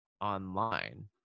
online